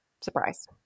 Surprise